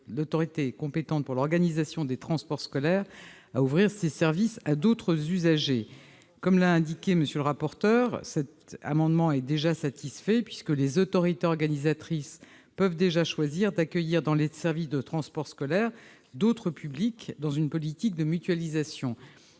l'autorité compétente pour l'organisation des transports scolaires à ouvrir ces services à d'autres usagers. Comme l'a indiqué M. le rapporteur, cet amendement est déjà satisfait puisque les autorités organisatrices peuvent déjà choisir d'accueillir dans les services de transports scolaires d'autres publics dans l'optique d'une politique de mutualisation.